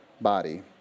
body